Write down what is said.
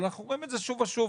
אבל אנחנו רואים את זה שוב ושוב.